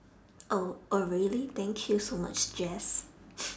oh oh really thank you so much jace